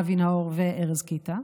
אבי נאור וארז קיטה,